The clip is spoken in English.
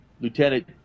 Lieutenant